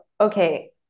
okay